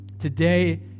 today